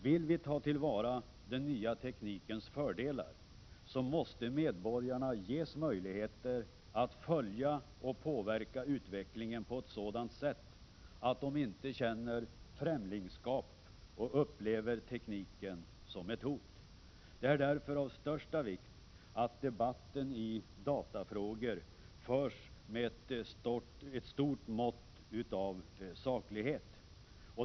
Vill vi ta till vara den nya teknikens fördelar, så måste medborgarna ges möjligheter att följa och påverka utvecklingen på ett sådant sätt att de inte känner främlingskap och upplever tekniken som ett hot. Det är därför av största vikt att debatten i datafrågor förs med ett stort mått av saklighet.